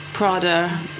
Prada